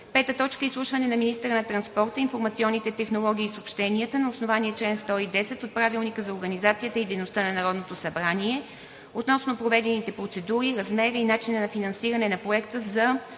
финанси. 5. Изслушване на министъра на транспорта, информационните технологии и съобщенията на основание чл. 110 от Правилника за организацията и дейността на Народното събрание относно проведените процедури, размера и начина на финансиране на проекта за